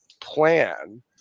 plan